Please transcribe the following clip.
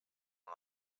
una